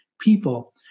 people